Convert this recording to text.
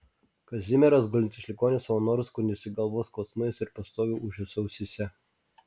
kazimieras gulintis ligoninėje savo noru skundėsi galvos skausmais ir pastoviu ūžesiu ausyse